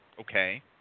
Okay